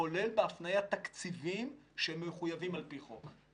כולל בהפניית תקציבים שהם מחויבים להם על פי חוק.